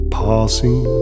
passing